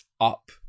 up